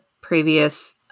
previous